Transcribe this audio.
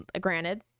Granted